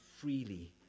freely